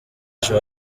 ejo